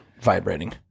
vibrating